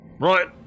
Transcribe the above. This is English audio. Right